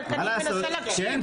אני מנסה להקשיב.